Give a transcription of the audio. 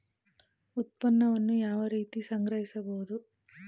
ಉತ್ಪನ್ನವನ್ನು ಯಾವ ರೀತಿ ಸಂಗ್ರಹಿಸಬಹುದು?